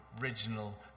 original